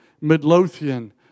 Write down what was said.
Midlothian